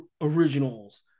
originals